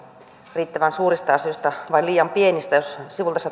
riittävän suurista asioista vai liian pienistä jos